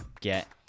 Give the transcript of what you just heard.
get